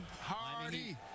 Hardy